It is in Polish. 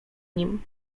nim